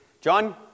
John